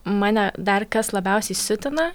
mane dar kas labiausiai siutina